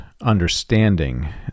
understanding